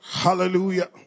hallelujah